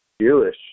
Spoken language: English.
Jewish